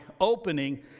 opening